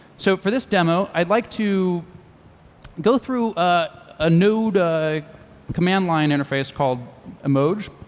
so for this demo, i'd like to go through a node command line interface called emoj.